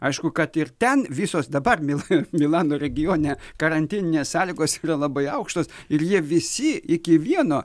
aišku kad ir ten visos dabar mil milano regione karantininės sąlygos yra labai aukštos ir jie visi iki vieno